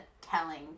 telling